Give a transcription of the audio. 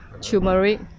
turmeric